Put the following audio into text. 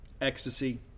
Ecstasy